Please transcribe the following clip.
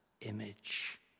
image